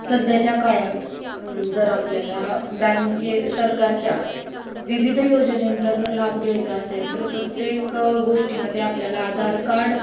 सध्याच्या काळात ज आपल्याला बँकेत सरकारच्या विविध योजनेंचा जर लाभ घ्यायचा असेल तर प्रत्येक गोष्टीमध्ये आपल्याला आधार कार्ड